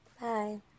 Bye